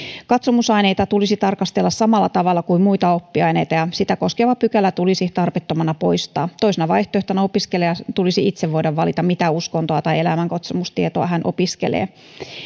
katsomusaineita tulisi tarkastella samalla tavalla kuin muita oppiaineita ja sitä koskeva pykälä tulisi tarpeettomana poistaa toisena vaihtoehtona opiskelijan tulisi itse voida valita mitä uskontoa tai elämänkatsomustietoa hän opiskelee